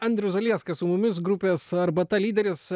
andrius zalieskas su mumis grupės arbata lyderis